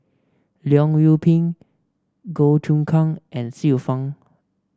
Leong Yoon Pin Goh Choon Kang and Xiu Fang